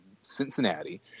Cincinnati